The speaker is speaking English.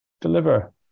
deliver